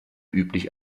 üblich